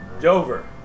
Dover